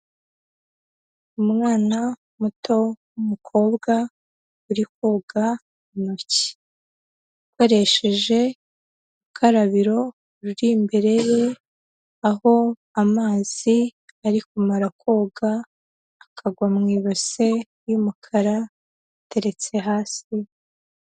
Umwana muto w'umukobwa uri koga intoki akoresheje urukarabiro ruri imbere ye, aho amazi ari kumara koga akagwa mu ibase y'umukara iteretse hasi.